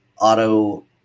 auto